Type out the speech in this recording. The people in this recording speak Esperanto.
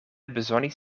bezonis